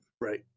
Right